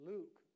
Luke